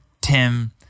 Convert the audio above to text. Tim